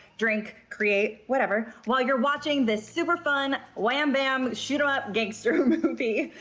drink, create, whatever while you're watching this super fun, wham bam, shoot-'em-up gangster movie.